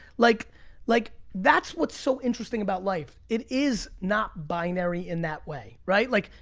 like like that's what's so interesting about life. it is not binary in that way, right? like,